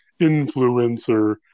influencer